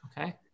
Okay